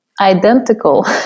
identical